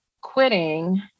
quitting